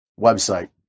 Website